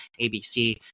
ABC